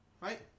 Right